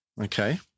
Okay